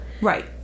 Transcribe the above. Right